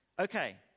Okay